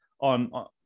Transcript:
on